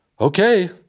okay